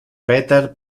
peter